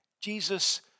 Jesus